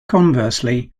conversely